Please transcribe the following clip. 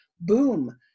boom